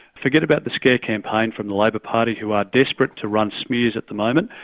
forget about the scare campaign from the labor party, who are desperate to run smears at the moment.